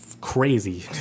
crazy